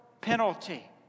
penalty